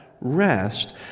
rest